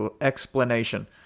explanation